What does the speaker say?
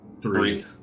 Three